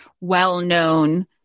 well-known